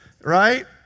right